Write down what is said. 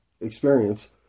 experience